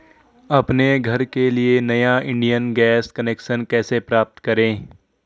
अपने घर के लिए नया इंडियन गैस कनेक्शन कैसे प्राप्त करें?